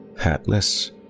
Hatless